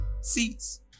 seats